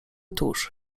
tuż